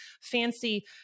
fancy